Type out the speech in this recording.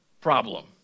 problem